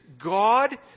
God